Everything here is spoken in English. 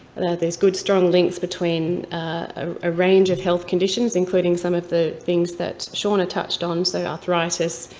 these good, strong links between a range of health conditions, including some of the things that seana touched on, so arthritis,